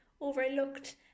overlooked